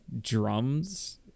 drums